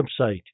website